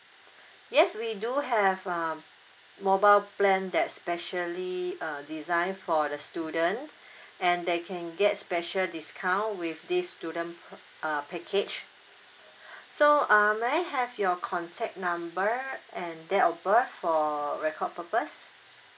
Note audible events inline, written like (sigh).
(breath) yes we do have um mobile plan that's specially uh designed for the student (breath) and they can get special discount with this student uh package (breath) so uh may I have your contact number and date of birth for record purpose